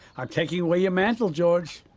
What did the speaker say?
i'm taking away your mantle, george.